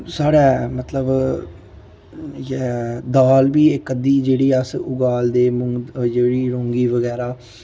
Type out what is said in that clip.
साढ़े मतलब इ'यै दाल बी इक अद्धी जेह्ड़ी अस उग्गा दे जेह्ड़ी रोंगी बगैरा